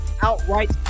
outright